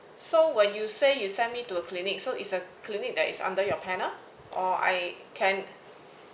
so when you say you send me to a clinic so is a clinic that is under your panel or I can